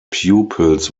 pupils